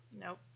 nope